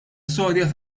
storja